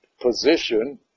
position